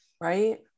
Right